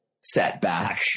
setback